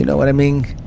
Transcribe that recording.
you know what i mean?